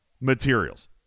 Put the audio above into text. materials